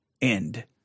End